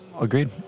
Agreed